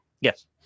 yes